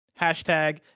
hashtag